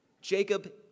Jacob